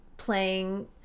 playing